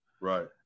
right